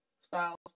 Styles